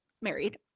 married